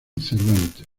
cervantes